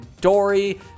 Dory